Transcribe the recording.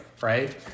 Right